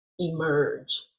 emerge